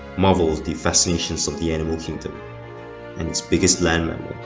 marvel the fascinations of the animal kingdom and its biggest land mammal,